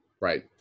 right